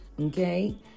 okay